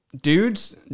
Dudes